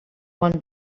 one